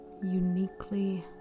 uniquely